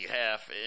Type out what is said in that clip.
Half